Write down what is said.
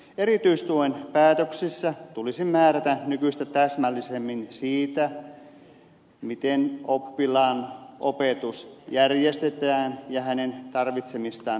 erityistuen päätöksissä tulisi määrätä nykyistä täsmällisemmin siitä miten oppilaan opetus järjestetään ja hänen tarvitsemansa tukipalvelut